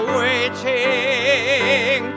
waiting